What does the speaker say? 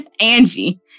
angie